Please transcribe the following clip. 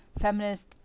feminist